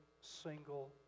single